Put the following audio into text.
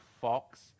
fox